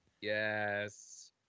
Yes